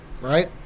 right